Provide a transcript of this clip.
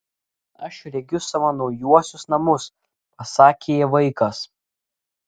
aš regiu savo naujuosius namus pasakė vaikas